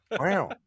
Wow